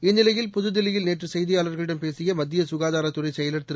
இந்நிலையில் புதுதில்லியில் நேற்று செய்தியாளர்களிடம் பேசிய மத்திய சுகாதாரத்துறைச் செயலர் திரு